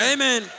Amen